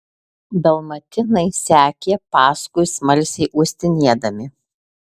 dalmatinai sekė paskui smalsiai uostinėdami